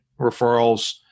referrals